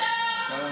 אפס עשייה למען הנשים.